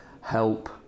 help